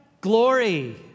glory